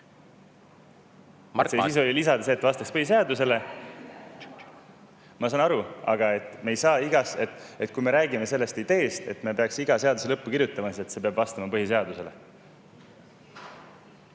Ma saan aru, aga me ei saa igas … Kui me räägime sellest ideest, siis me peaksime iga seaduse lõppu kirjutama, et see peab vastama põhiseadusele.